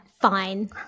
fine